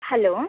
hello